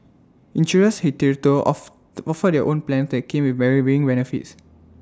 insurers hitherto of offered their own plans that came with varying benefits